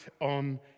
on